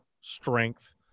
strength